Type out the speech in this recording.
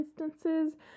instances